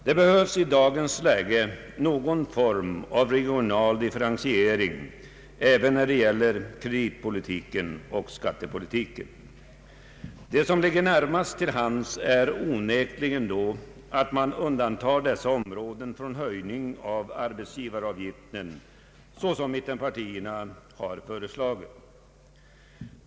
Det behövs i dagens läge någon form av regional differentiering, även när det gäller kreditpolitiken och skattepolitiken. Det som ligger närmast till hands är då onekligen att man undantar dessa områden från höjning av arbetsgivaravgiften, såsom mittenpartierna har föreslagit.